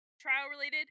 trial-related